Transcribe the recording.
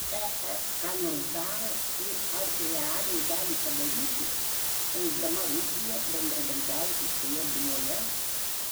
ar es ką nors daro ir ar realiai gali padaryti spausdama rusiją bendradarbiauti šioje byloje